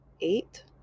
Eight